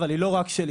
אבל היא לא רק שלי,